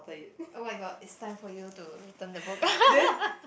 oh-my-god it's time for you to return the book